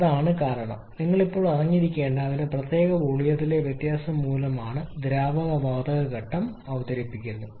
അതാണ് കാരണം നിങ്ങൾ ഇപ്പോൾ അറിഞ്ഞിരിക്കേണ്ടത് അതിന്റെ പ്രത്യേക വോളിയത്തിലെ വ്യത്യാസം മൂലമാണ് ദ്രാവകം വാതക ഘട്ടം അവതരിപ്പിക്കുന്നു